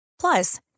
Plus